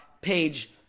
page